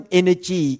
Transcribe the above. energy